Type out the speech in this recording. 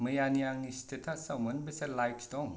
मैयानि आंनि स्टेटासआव मोनबेसे लाइक्स दं